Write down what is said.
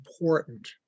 important